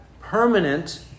permanent